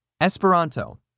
Esperanto